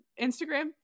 Instagram